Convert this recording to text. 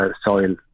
soil